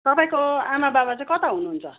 तपाईँको आमाबाबा चाहिँ कता हुनुहुन्छ